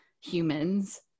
humans